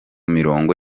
mirongo